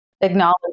acknowledge